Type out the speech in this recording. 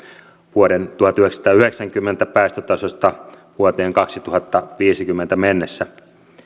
vuoden tuhatyhdeksänsataayhdeksänkymmentä päästötasosta vuoteen kaksituhattaviisikymmentä mennessä